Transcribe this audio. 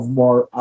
more